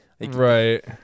Right